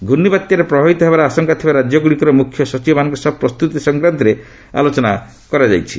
ପ୍ରର୍ଷ୍ଣବାତ୍ୟାରେ ପ୍ରଭାବିତ ହେବାର ଆଶଙ୍କା ଥିବା ରାଜ୍ୟଗୁଡ଼ିକର ମୁଖ୍ୟ ସଚିବମାନଙ୍କ ସହ ପ୍ରସ୍ତୁତି ସଂକ୍ରାନ୍ତରେ ଆଲୋଚନା କରାଯାଇଛି